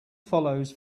follows